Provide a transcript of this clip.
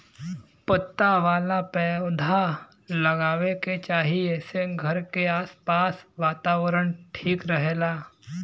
पत्ता वाला पौधा लगावे के चाही एसे घर के आस पास के वातावरण ठीक रहेला